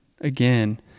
again